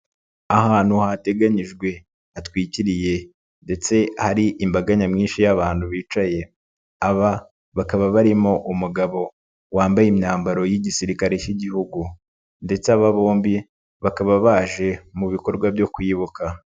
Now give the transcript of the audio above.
Ahantu hateganyijwe hatwikiriye ndetse hari imbaga nyamwinshi y'abantu bicaye, aba bakaba barimo umugabo wambaye imyambaro y'igisirikare cy'Igihugu ndetse aba bombi bakaba baje mu bikorwa byo kwibuka.